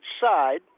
side